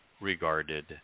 regarded